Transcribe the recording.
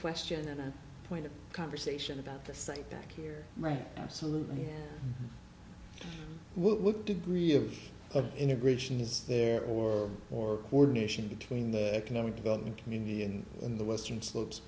question and a point of conversation about the site back here right absolutely what degree of integration is there or or ordination between the economic development community and in the western slopes